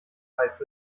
heißt